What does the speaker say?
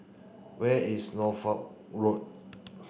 where is Norfolk Road